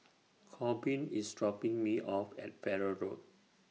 Corbin IS dropping Me off At Farrer Road